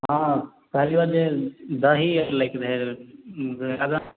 हँ कहलियौ जे दही आर लैके रहए जादा